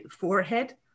forehead